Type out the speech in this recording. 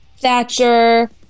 Thatcher